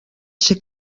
ser